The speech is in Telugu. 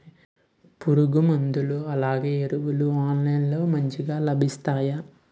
పురుగు మందులు అలానే ఎరువులు ఆన్లైన్ లో మంచిగా లభిస్తాయ?